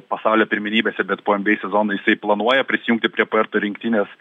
pasaulio pirmenybėse bet po nba sezono jisai planuoja prisijungti prie puerto rinktinės